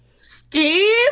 Steve